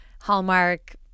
Hallmark